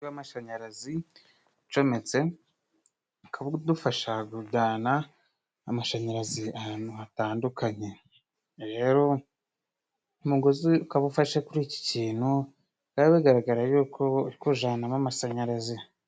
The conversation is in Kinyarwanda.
Umugozi w' amashanyarazi ucometse ukaba udufasha kujana amashanyarazi ahantu hatandukanye, rero umugozi ufashe kuri iki kintu bikaba bigaraga rero ko urikujanamo amasanyarazi.